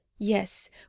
Yes